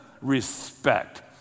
respect